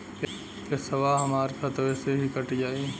पेसावा हमरा खतवे से ही कट जाई?